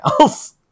else